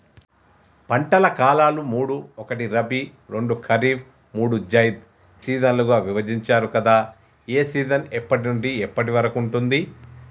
పంటల కాలాలు మూడు ఒకటి రబీ రెండు ఖరీఫ్ మూడు జైద్ సీజన్లుగా విభజించారు కదా ఏ సీజన్ ఎప్పటి నుండి ఎప్పటి వరకు ఉంటుంది?